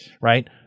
right